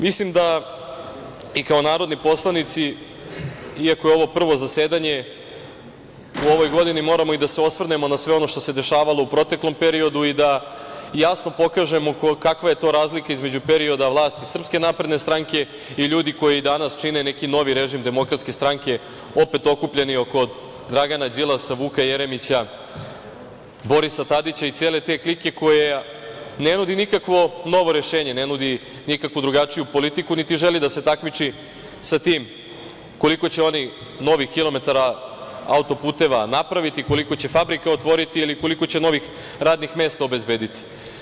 Mislim da i kao narodni poslanici, iako je ovo prvo zasedanje u ovoj godini, moramo i da se osvrnemo na sve ono što se dešavalo u proteklom periodu i da jasno pokažemo kakva je to razlika između perioda vlasti SNS i ljudi koji danas čine neki novi režim DS, opet okupljeni oko Dragana Đilasa, Vuka Jeremića, Borisa Tadića i cele te klike, koja ne nudi nikakvo novo rešenje, ne nudi nikakvu drugačiju politiku, niti želi da se takmiči sa tim koliko će oni novih kilometara autoputeva napraviti, koliko će fabrika otvoriti ili koliko će novih radnih mesta obezbediti.